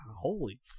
holy